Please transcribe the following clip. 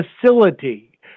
facility